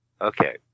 Okay